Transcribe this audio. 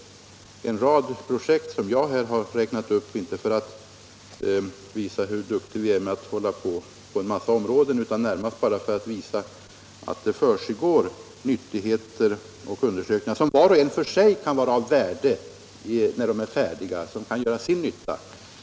Jag har räknat upp en rad projekt inte för att visa hur duktiga vi är på en massa olika områden utan närmast för att visa att det pågår undersökningar som var och en kan vara av värde och göra sin nytta när de är färdiga.